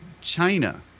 China